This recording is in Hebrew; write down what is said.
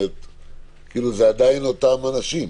זה עדיין אותם אנשים.